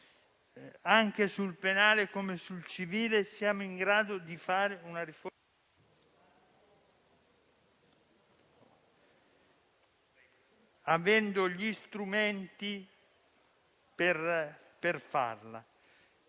Anche sul penale come sul civile siamo in grado di predisporre una riforma avendo gli strumenti per farla.